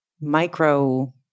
micro